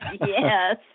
Yes